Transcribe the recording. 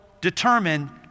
determine